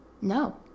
No